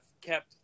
kept